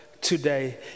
today